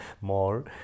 more